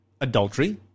adultery